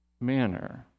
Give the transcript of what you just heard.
manner